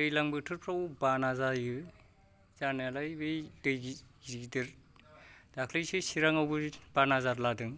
दैज्लां बोथोरफ्राव बाना जायो जानायालाय बे दै जि गिदिर दाखालिसो चिरांआवबो बाना जादलादों